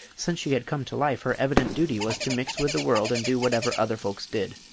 since she had come to life, her evident duty was to mix with the world and do whatever other folks did.